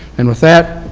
and with that,